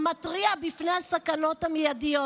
המתריע מפני הסכנות המיידיות